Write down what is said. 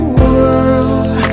world